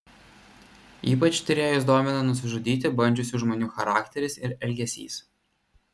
ypač tyrėjus domino nusižudyti bandžiusių žmonių charakteris ir elgesys